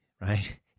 right